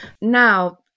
Now